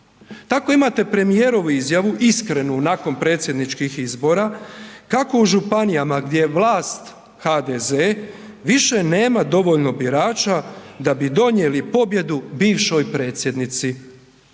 Tako imate premijerovu izjavu iskrenu nakon predsjedničkih izbora kako u županijama gdje je vlast HDZ više nema dovoljno birača da bi donijeli pobjedu bivšoj predsjednici.